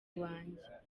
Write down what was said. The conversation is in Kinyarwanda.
wanjye